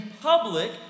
public